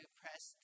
press